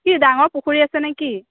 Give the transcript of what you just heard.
কি ডাঙৰ পুখুৰী আছে নে কি